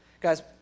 Guys